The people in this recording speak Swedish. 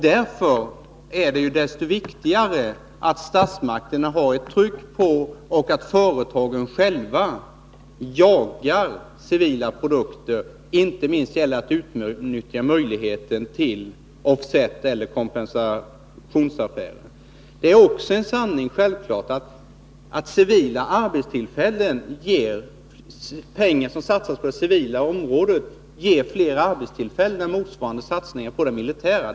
Därför är det desto viktigare att statsmakterna trycker på och att företagen själva jagar civila produkter, inte minst när det gäller att utnyttja möjligheten till t.ex. kompensationsaffärer. Det är självfallet också sant att pengar som satsas på det civila området ger flera arbetstillfällen och motsvarande satsningar på det militära.